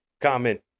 comment